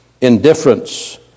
indifference